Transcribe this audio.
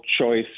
choice